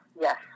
yes